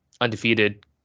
undefeated